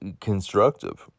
constructive